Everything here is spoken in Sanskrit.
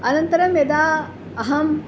अनन्तरं यदा अहम्